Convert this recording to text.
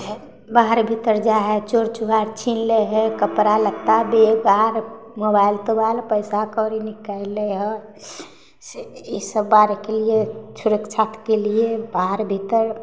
बाहरे भीतर जा है चोर चुहार छिन लै है कपड़ा लत्ता बेल बार मोबाइल तोबाइल पैसा कौड़ी निकालि लै है इसब बातके लिए सुरक्षाके लिए बाहर भीतर